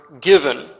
given